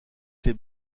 ses